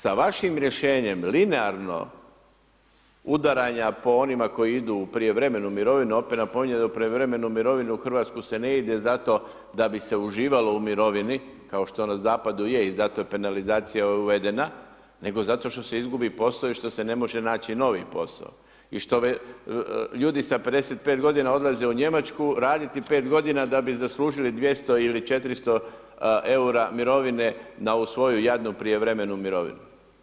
Sa vašim rješenjem linearno udaranja po onima koji idu u prijevremenu mirovinu, opet napominjem da u prijevremenu mirovinu u Hrvatsku se ne ide zato da bi se uživalo u mirovini kao što na zapadu je i zato je penalizacija uvedena, nego zato što se izgube poslovi, što se ne mogu naći novi posao i što ljudi sa 55 godina odlaze u Njemačku raditi 5 godina da bi zaslužili 200 ili 400 eura mirovine na ovu svoju jadnu prijevremenu mirovinu.